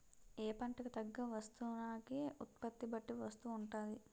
ఏ పంటకు తగ్గ వస్తువునాగే ఉత్పత్తి బట్టి వస్తువు ఉంటాది